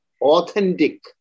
authentic